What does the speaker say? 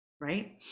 right